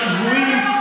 הצבועים,